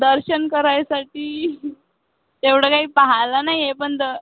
दर्शन करायसाठी तेवढं काही पाहिलं नाही आहे पण द